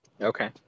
Okay